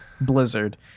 Blizzard